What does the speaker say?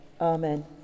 Amen